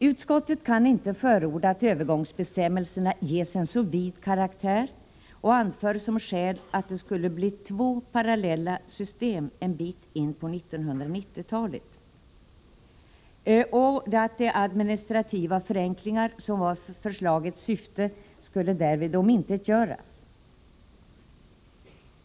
Utskottet kan inte förorda att övergångsbestämmelserna ges en så vid karaktär och anför som skäl att det skulle bli två parallella system en bit in på 1990-talet. De administrativa förenklingar som var förslagets syfte skulle därvid omintetgöras.